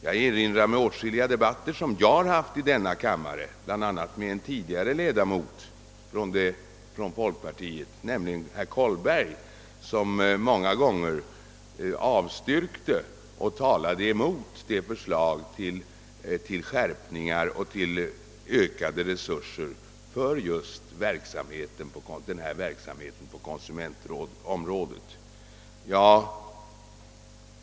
Jag erinrar mig åtskilliga debatter som jag har haft i denna kam mare, bl.a. med en tidigare ledamot av folkpartiet, nämligen herr Kollberg, som många gånger avstyrkte och talade mot förslagen till skärpningar och till ökade resurser för just denna verksamhet på konsumentområdet.